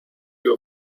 you